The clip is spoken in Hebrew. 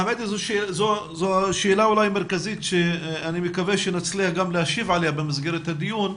זאת שאלה אולי מרכזית שאני מקווה שנצליח גם להשיב עליה במסגרת הדיון,